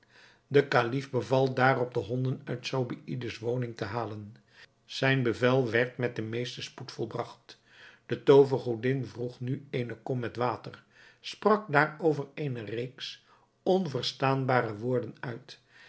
de kalif beval daarop de honden uit zobeïde's woning te halen zijn bevel werd met den meesten spoed volbragt de toovergodin vroeg nu eene kom met water sprak daarover eene reeks onverstaanbare woorden uit